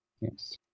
yes